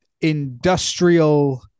industrial